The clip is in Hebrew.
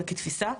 אבל כתפיסה,